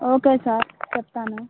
okay sir చెప్తాను